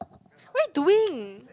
what are you doing